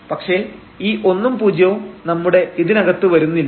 പക്ഷേ ഈ ഒന്നും പൂജ്യവും നമ്മുടെ ഇതിനകത്ത് വരുന്നില്ല